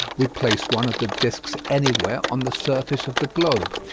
we place one of the discs anywhere on the surface of the globe.